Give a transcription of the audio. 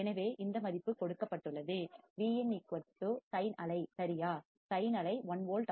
எனவே இந்த மதிப்பு கொடுக்கப்பட்டுள்ளது Vin sin அலை சரியா சைன் அலை 1 வோல்ட்